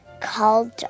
called